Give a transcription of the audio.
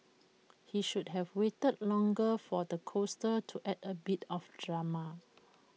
he should have waited longer for the coaster to add A bit of drama